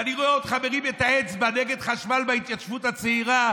ואני רואה אותך מרים את האצבע נגד חשמל בהתיישבות הצעירה,